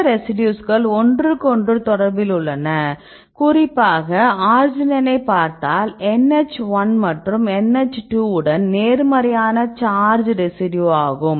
இந்த ரெசிடியூஸ்கள் ஒன்றுக்கொன்று தொடர்பில் உள்ளன குறிப்பாக அர்ஜினைனை பார்த்தால் NH1 மற்றும் NH2 உடன் நேர்மறையான சார்ஜ்charge ரெசிடியூவாகும்